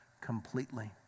completely